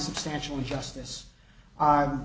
substantially justice